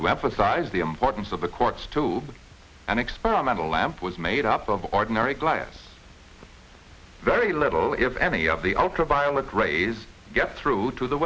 to emphasize the importance of the courts to an experimental lamp was made up of ordinary glass very little if any of the ultraviolet rays get through to the